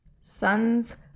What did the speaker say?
Sons